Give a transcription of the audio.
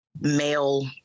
male